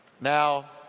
Now